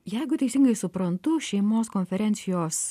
jeigu teisingai suprantu šeimos konferencijos